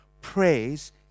praise